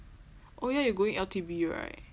oh ya you going L_T_B right